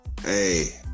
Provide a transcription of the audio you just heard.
hey